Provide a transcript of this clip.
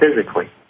physically